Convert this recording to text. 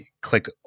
click